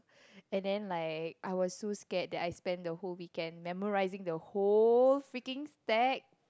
and then like I was so scared that I spent the whole weekend memorising the whole freaking stack